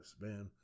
man